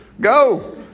go